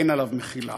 אין עליו מחילה.